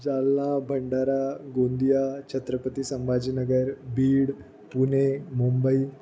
Jalna Bhandara Gondia Chhatrapati Sambhajinagar Beed Pune Mumbai